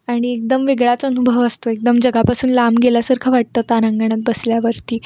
आणि एकदम वेगळाच अनुभव असतो एकदम जगापासून लांब गेल्यासारखं वाटतं त तारांगणात बसल्यावरती